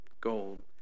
gold